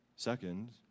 Second